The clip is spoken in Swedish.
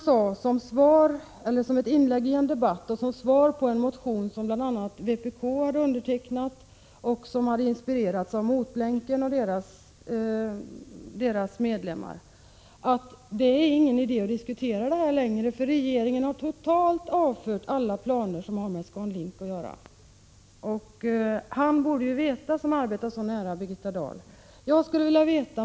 Han har sagt som svar på en motion som bl.a. vpk hade undertecknat och som var inspirerad av Motlänkens medlemmar: Det är ingen idé att diskutera det här längre, för regeringen har totalt avfört alla planer som har med ScanLink att göra. Han borde ju veta, som arbetar så nära Birgitta Dahl.